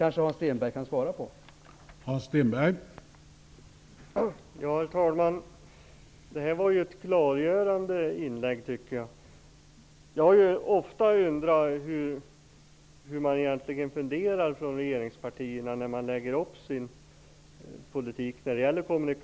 Hans Stenberg kan kanske svara på dessa frågor.